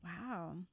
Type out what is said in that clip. Wow